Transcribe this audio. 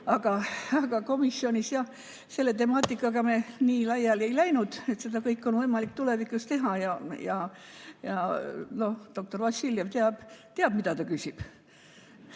Aga komisjonis jah selle temaatikaga me nii laiali läinud. Seda kõike on võimalik tulevikus teha ja doktor Vassiljev teab, mida ta küsib.